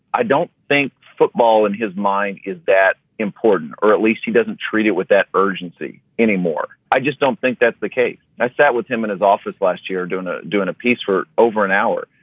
i don't think football in his mind is that important, or at least he doesn't treat it with that urgency anymore. i just don't think that's the case. i sat with him in his office last year doing ah doing a piece for over an hour.